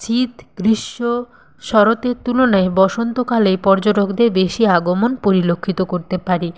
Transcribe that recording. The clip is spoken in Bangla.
শীত গ্রীষ্ম শরতের তুলনায় বসন্তকালে পর্যটকদের বেশি আগমন পরিলক্ষিত করতে পারি